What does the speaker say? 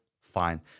fine